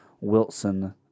Wilson